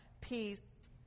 peace